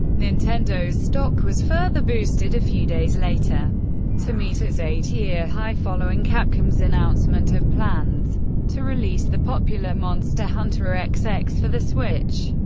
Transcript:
nintendo's stock was further boosted a few days later to meet its eight-year high following capcom's announcement of plans to release the popular monster hunter xx xx for the switch.